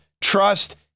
trust